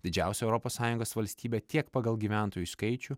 didžiausia europos sąjungos valstybė tiek pagal gyventojų skaičių